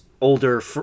older